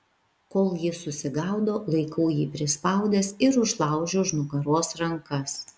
kol jis susigaudo laikau jį prispaudęs ir užlaužiu už nugaros rankas